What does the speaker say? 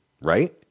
right